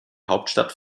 hauptstadt